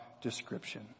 description